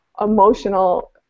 emotional